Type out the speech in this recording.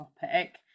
topic